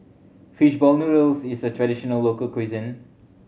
fish ball noodles is a traditional local cuisine